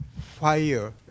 fire